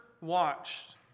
watched